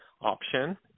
option